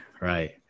Right